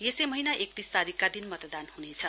यसै महीना एकतीस तारीकका दिन मतदान हुनेछ